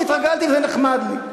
התרגלתי, וזה נחמד לי.